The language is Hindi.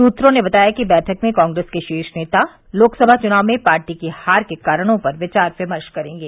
सूत्रों ने बताया कि बैठक में कांग्रेस के शीर्ष नेता लोकसभा चुनावों में पार्टी की हार के कारणों पर विचार विमर्श करेंगे